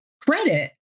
credit